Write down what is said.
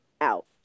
out